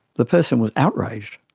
the person was outraged.